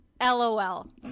LOL